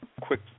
quick